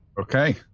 Okay